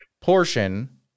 portion